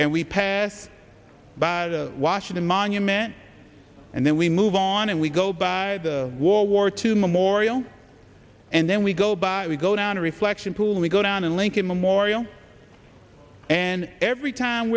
and we pass by the washington monument and then we move on and we go by the war two memorial and then we go by we go down to reflection pool we go down in lincoln memorial and every time